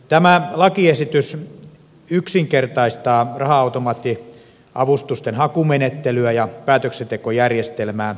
tämä lakiesitys yksinkertaistaa raha automaattiavustusten hakumenettelyä ja päätöksentekojärjestelmää